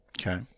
Okay